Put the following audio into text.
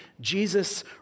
Jesus